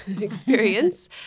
experience